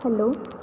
hello